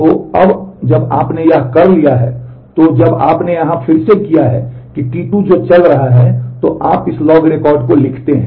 तो अब जब आपने यह कर लिया है तो जब आपने यहां फिर से किया है कि T2 जो चल रहा है तो आप इस लॉग रिकॉर्ड को लिखते हैं